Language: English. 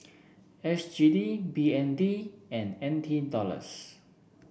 S G D B N D and N T Dollars